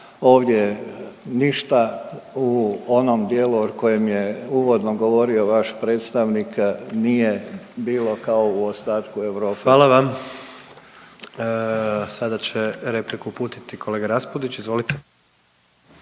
ovdje ništa u onom dijelu o kojem je uvodno govorio vaš predstavnik nije bilo kao u ostatku Europe. **Jandroković, Gordan (HDZ)** Hvala vam. Sada će repliku uputiti kolega Raspudić, izvolite.